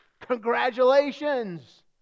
congratulations